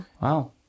Wow